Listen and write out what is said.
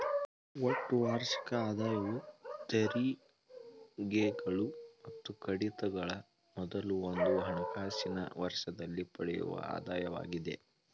ಒಟ್ಟು ವಾರ್ಷಿಕ ಆದಾಯವು ತೆರಿಗೆಗಳು ಮತ್ತು ಕಡಿತಗಳ ಮೊದಲು ಒಂದು ಹಣಕಾಸಿನ ವರ್ಷದಲ್ಲಿ ಪಡೆಯುವ ಆದಾಯವಾಗಿದೆ